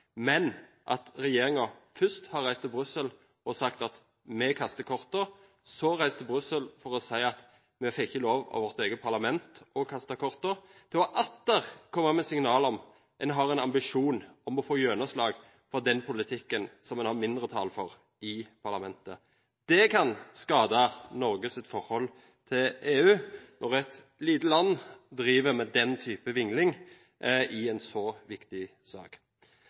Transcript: men fordi regjeringen først har reist til Brussel og sagt at vi kaster kortene, for så å reise til Brussel for å si at vi ikke fikk lov av vårt eget parlament til å kaste kortene. Det var atter å komme med signal om at en har en ambisjon om å få gjennomslag for en politikk hvor en er i mindretall i parlamentet. Det kan skade Norges forhold til EU når et lite land driver med den type vingling i en så viktig sak.